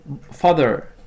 Father